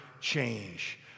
change